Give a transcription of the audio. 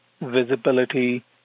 visibility